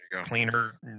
cleaner